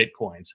Bitcoins